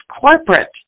corporate